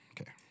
Okay